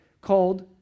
called